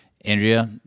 Andrea